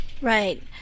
Right